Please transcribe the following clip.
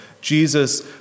Jesus